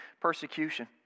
persecution